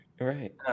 Right